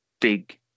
big